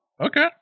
okay